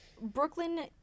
Brooklyn